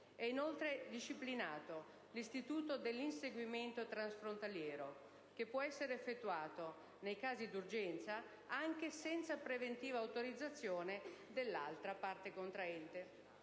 È inoltre disciplinato l'istituto dell'inseguimento transfrontaliero, che può essere effettuato, nei casi d'urgenza, anche senza preventiva autorizzazione dell'altra parte contraente;